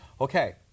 Okay